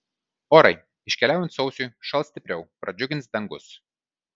orai iškeliaujant sausiui šals stipriau pradžiugins dangus